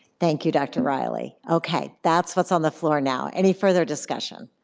thank you, dr. riley. okay, that's what's on the floor now. any further discussion?